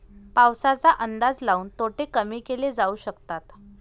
पाऊसाचा अंदाज लाऊन तोटे कमी केले जाऊ शकतात